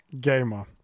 gamer